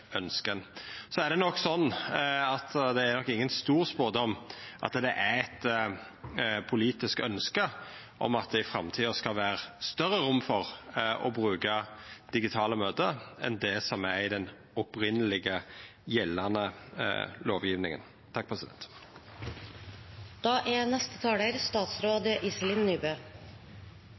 Så er det nok ingen stor spådom at det er eit politisk ønske om at det i framtida skal vera større rom for å bruka digitale møte enn det som er i den opphavlege, gjeldande